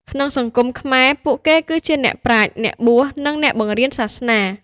ក្នុងសង្គមខ្មែរ ពួកគេគឺជាអ្នកប្រាជ្ញ អ្នកបួស និងអ្នកបង្រៀនសាសនា។